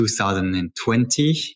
2020